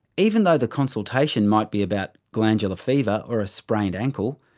even though the consultation might be about glandular fever or a sprained ankle,